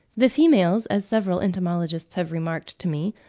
the females, as several entomologists have remarked to me,